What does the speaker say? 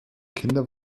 kinder